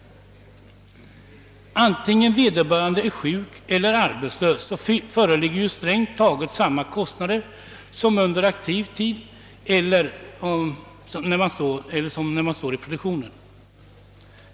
Antingen vederbörande är sjuk eller arbetslös föreligger ju strängt taget samma kostnader som under den aktiva tiden.